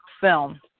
film